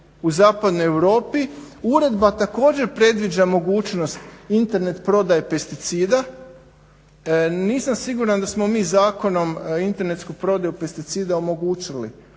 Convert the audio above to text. u zapadnoj Europi. Uredba također predviđa mogućnost Internet prodaje pesticida. Nisam siguran da smo mi zakonom internetsku prodaju pesticida omogućili